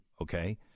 okay